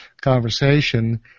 conversation